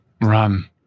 Run